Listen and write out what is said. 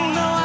no